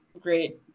great